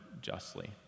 justly